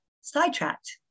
sidetracked